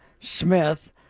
Smith